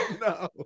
No